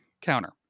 counter